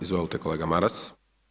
Izvolite kolega Maras.